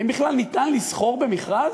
האם בכלל ניתן לסחור במכרז?